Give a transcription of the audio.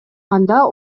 анда